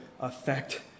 effect